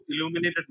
illuminated